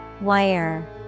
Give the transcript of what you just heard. Wire